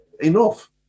enough